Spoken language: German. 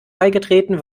beigetreten